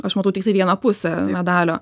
aš matau tiktai vieną pusę medalio